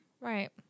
Right